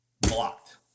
Blocked